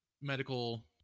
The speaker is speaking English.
medical